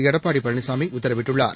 எடப்பாடிபழனிசாமிஉத்தரவிட்டுள்ளார்